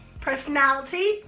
personality